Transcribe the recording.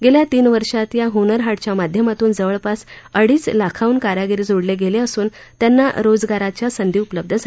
गेल्या तीन वर्षात या हुनर हाट च्या माध्यमातून जवळपास अडीच लाखाहून कारागीर जोडले गेले असून त्यांना रोजगाराच्या संधी उपलब्ध झाल्या आहेत